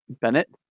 Bennett